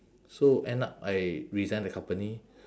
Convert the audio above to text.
so end up I resign the company